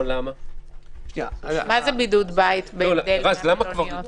מה זה בידוד בית בהבדל מהמלוניות?